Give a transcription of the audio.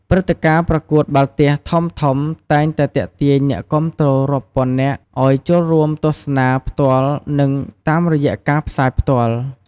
ព្រឹត្តិការណ៍ប្រកួតបាល់ទះធំៗតែងតែទាក់ទាញអ្នកគាំទ្ររាប់ពាន់នាក់ឲ្យចូលរួមទស្សនាផ្ទាល់ និងតាមរយៈការផ្សាយផ្ទាល់។